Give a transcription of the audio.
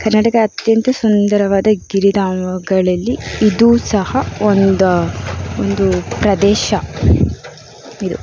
ಕರ್ನಾಟಕದ ಅತ್ಯಂತ ಸುಂದರವಾದ ಗಿರಿಧಾಮಗಳಲ್ಲಿ ಇದೂ ಸಹ ಒಂದಾ ಒಂದು ಪ್ರದೇಶ ಇದು